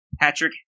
Patrick